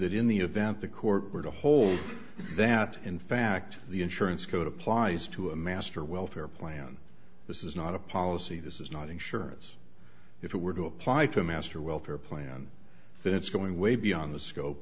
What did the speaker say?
that in the event the court were to hold that in fact the insurance co to applies to a master welfare plan this is not a policy this is not insurance if it were to apply to a master welfare plan that it's going way beyond the scope